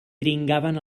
dringaven